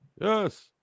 yes